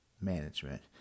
management